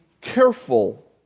careful